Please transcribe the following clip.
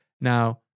Now